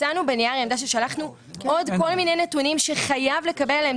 הצענו בניר עמדה ששלחנו עוד כל מיני נתונים שחייב לקבל עליהם.